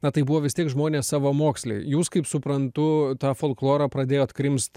na tai buvo vis tiek žmonės savamoksliai jūs kaip suprantu tą folklorą pradėjot krimst